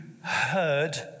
heard